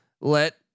let